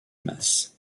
masse